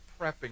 prepping